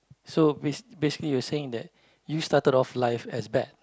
so basi~ basically you're saying that you started off life as bad